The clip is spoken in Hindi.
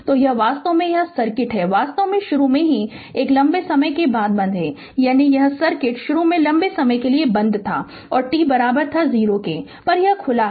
तो यह वास्तव में यह सर्किट है वास्तव में शुरू में यह एक लंबे समय के लिए बंद था यानी यह सर्किट शुरू में लंबे समय के लिए बंद था और t 0 पर यह खुला था